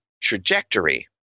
trajectory